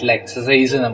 exercise